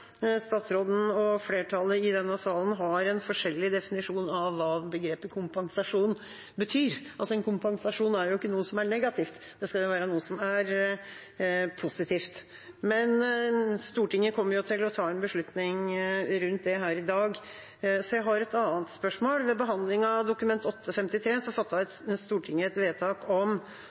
statsråden og flertallet i denne salen har forskjellig definisjon av hva begrepet «kompensasjon» betyr. En kompensasjon er ikke noe som er negativt, det skal jo være noe som er positivt. Men Stortinget kommer til å ta en beslutning om det her i dag. Jeg har et annet spørsmål: Ved behandlingen av Dokument 8:53 S for 2020–2021 fattet Stortinget et vedtak om